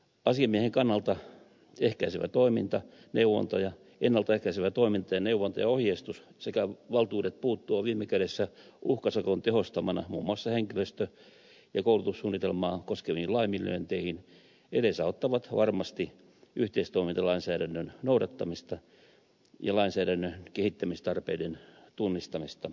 asiamiehen kannalta ennalta ehkäisevä toiminta neuvonta ja ohjeistus sekä valtuudet puuttua viime kädessä uhkasakon tehostamana muun muassa henkilöstö ja koulutussuunnitelmaa koskeviin laiminlyönteihin edesauttavat varmasti yhteistoimintalainsäädännön noudattamista ja lainsäädännön kehittämistarpeiden tunnistamista jatkossa